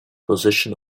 position